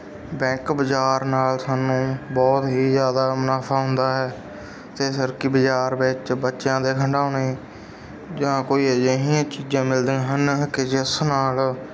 bank ਬਜ਼ਾਰ ਨਾਲ ਸਾਨੂੰ ਬਹੁਤ ਹੀ ਜ਼ਿਆਦਾ ਮੁਨਾਫਾ ਹੁੰਦਾ ਹੈ ਅਤੇ ਸਰਕੀ ਬਜ਼ਾਰ ਵਿੱਚ ਬੱਚਿਆਂ ਦੇ ਖਿਡੌਣੇ ਜਾਂ ਕੋਈ ਅਜਿਹੀਆਂ ਚੀਜ਼ਾਂ ਮਿਲਦੀਆਂ ਹਨ ਕਿ ਜਿਸ ਨਾਲ